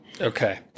Okay